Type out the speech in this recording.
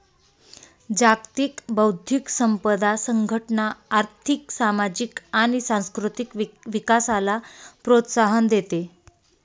जागतिक बौद्धिक संपदा संघटना आर्थिक, सामाजिक आणि सांस्कृतिक विकासाला प्रोत्साहन देते